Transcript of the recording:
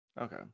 Okay